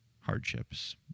hardships